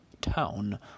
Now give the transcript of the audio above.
town